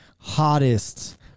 Hottest